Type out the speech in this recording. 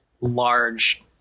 large